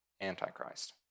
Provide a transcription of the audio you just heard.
Antichrist